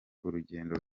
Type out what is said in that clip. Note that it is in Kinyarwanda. urugendo